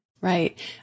Right